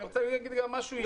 אני רוצה להגיד גם משהו אישי.